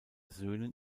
söhnen